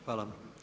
Hvala.